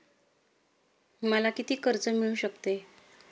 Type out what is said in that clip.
मला किती कर्ज मिळू शकते?